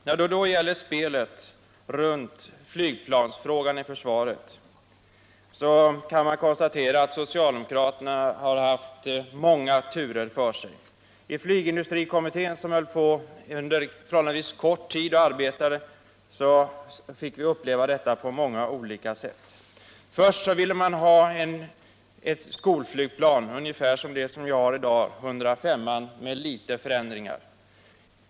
När det gäller spelet runt flygplansfrågan i försvaret kan man konstatera att socialdemokraterna har haft många turer för sig. I flygindustrikommittén, som arbetade under förhållandevis kort tid, fick vi uppleva detta på många olika sätt. Först ville man ha ett skolflygplan ungefär som det vi har i dag, SAAB 105, med en del förändringar.